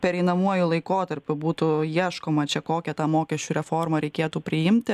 pereinamuoju laikotarpiu būtų ieškoma čia kokią tą mokesčių reformą reikėtų priimti